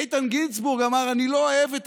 איתן גינזבורג אמר: אני לא אוהב את